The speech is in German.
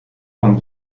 von